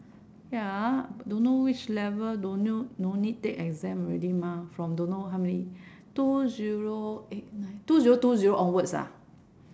ya don't know which level don't know no need take exam already mah from don't know how many two zero eight nine two zero two zero onwards ah